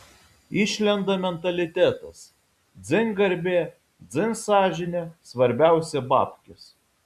išlenda mentalitetas dzin garbė dzin sąžinė svarbiausia babkės